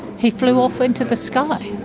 he flew off into the sky.